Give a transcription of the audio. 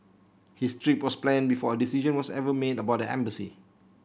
his trip was planned before a decision was ever made about the embassy